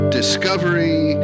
discovery